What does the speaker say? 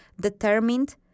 determined